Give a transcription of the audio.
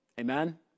Amen